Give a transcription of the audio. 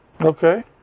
Okay